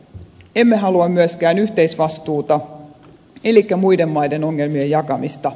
emme halua myöskään yhteisvastuuta elikkä muiden maiden ongelmien jakamista